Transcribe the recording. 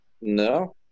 No